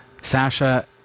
Sasha